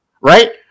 right